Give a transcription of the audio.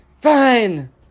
Fine